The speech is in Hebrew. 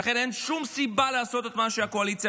ולכן אין שום סיבה לעשות את מה שהקואליציה